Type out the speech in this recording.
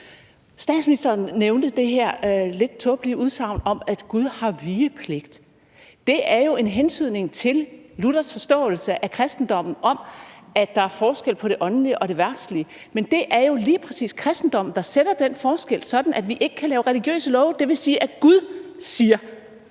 Statsministeren nævnte det her lidt tåbelige udsagn om, at Gud har vigepligt. Det er jo en hentydning til Luthers forståelse af kristendommen om, at der er forskel på det åndelige og det verdslige, men det er jo lige præcis kristendommen, der sætter den forskel, sådan at vi ikke kan lave religiøse love. Det vil sige, at Gud siger,